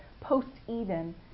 post-Eden